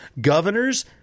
Governors